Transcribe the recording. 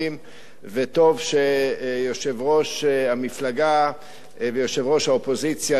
וטוב שיושב-ראש המפלגה ויושב-ראש האופוזיציה נמצא כאן,